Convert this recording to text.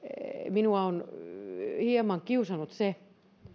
minua on hieman kiusannut se